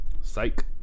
Psych